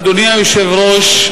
אדוני היושב-ראש,